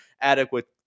adequate